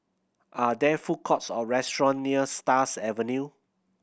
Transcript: are there food courts or restaurant near Stars Avenue